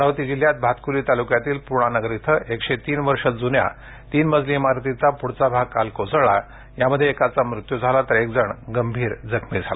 अमरावती जिल्ह्यात भातकुली तालुक्यातील पूर्णा नगर इथ एकशे तीन वर्ष जुन्या तीन मजली इमारतीचा पुढचा भाग काल कोसळला यामध्ये एकाचा मृत्यू झाला तर एक जण गंभीर जखमी झाला